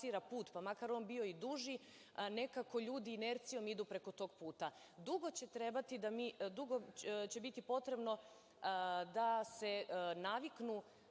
put, pa makar on bio i duži, nekako ljudi inercijom idu preko tog puta. Dugo će biti potrebno da se naviknu